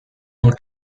tant